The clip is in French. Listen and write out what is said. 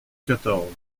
quatorze